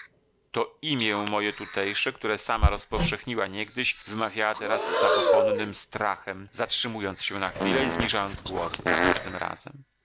to imię moje tutejsze które sama rozpowszechniła niegdyś wymawiała teraz z zabobonnym strachem zatrzymując się na chwilę i zniżając głos za każdym razem